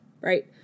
Right